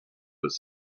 was